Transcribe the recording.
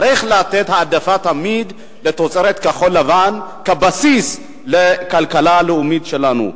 תמיד צריך לתת העדפה לתוצרת כחול-לבן כבסיס לכלכלה הלאומית שלנו.